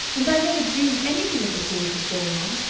and i never dreamed anything of the sort was going on.